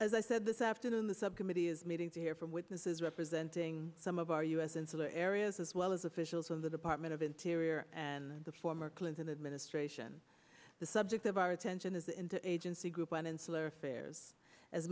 as i said this afternoon the subcommittee is meeting to hear from witnesses representing some of our us insular areas as well as officials of the department of interior and the former clinton administration the subject of our attention is in the agency group an insular affairs as